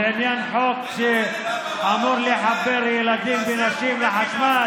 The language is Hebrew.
בעניין חוק שאמור לחבר ילדים ונשים לחשמל,